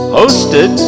hosted